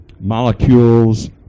molecules